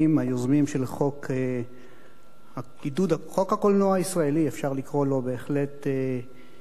היוזמים של חוק הקולנוע הישראלי אפשר לקרוא לו בהחלט כך.